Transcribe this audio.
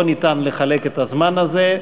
לא ניתן לחלק את הזמן הזה,